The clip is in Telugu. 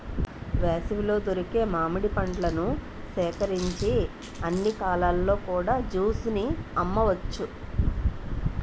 వేసవిలో దొరికే మామిడి పండ్లను సేకరించి అన్ని కాలాల్లో కూడా జ్యూస్ ని అమ్మవచ్చు